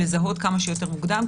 לזהות כמה שיותר מוקדם,